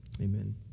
Amen